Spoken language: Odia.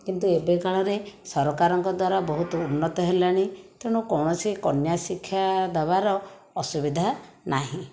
କିନ୍ତୁ ଏବେ କାଳରେ ସରକାରଙ୍କ ଦ୍ୱାରା ବହୁତ ଉନ୍ନତ ହେଲାଣି ତେଣୁ କୌଣସି କନ୍ୟା ଶିକ୍ଷା ଦେବାର ଅସୁବିଧା ନାହିଁ